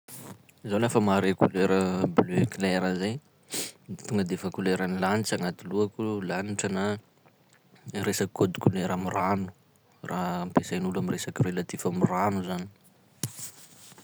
Zaho lafa mahare kolera bleu clair zay tonga de fa kolerany lanitsa agnaty lohako, lanitra na resaky code kolera am' rano, raha ampiasain'olo am' resaky relatif am' rano zany.